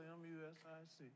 music